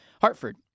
Hartford